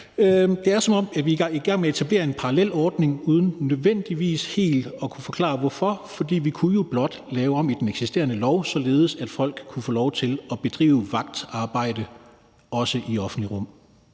Det er, som om vi er i gang med at etablere en parallel ordning uden nødvendigvis helt at kunne forklare hvorfor. For vi kunne jo blot lave den eksisterende lov om, således at folk også kunne få lov til at udføre vagtarbejde i det offentlige rum.